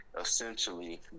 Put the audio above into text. essentially